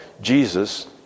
Jesus